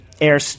Air